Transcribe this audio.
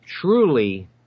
truly